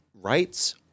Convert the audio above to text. rights